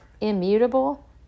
immutable